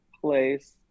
place